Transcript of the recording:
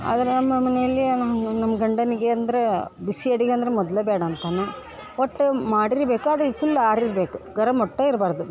ಆದ್ರೆ ನಮ್ಮ ಮನೆಯಲ್ಲಿ ನಮ್ಮ ನಮ್ಮ ಗಂಡನಿಗೆ ಅಂದ್ರೆ ಬಿಸಿ ಅಡುಗೆ ಅಂದ್ರೆ ಮೊದ್ಲು ಬೇಡ ಅಂತಾನ ಒಟ್ಟು ಮಾಡಿರಬೇಕು ಆದರೆ ಫುಲ್ ಆರಿರಬೇಕು ಗರಮ್ ಒಟ್ಟು ಇರಬಾರ್ದು